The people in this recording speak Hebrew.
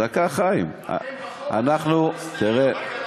לא, אתם, אתם, בחוק הזה.